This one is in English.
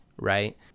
Right